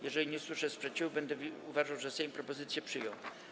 Jeżeli nie usłyszę sprzeciwu, będę uważał, że Sejm propozycje przyjął.